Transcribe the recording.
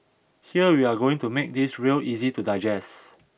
here we are going to make this real easy to digest